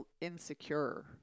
insecure